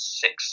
six